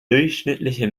durchschnittliche